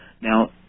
Now